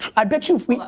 i bet you if we well,